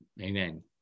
amen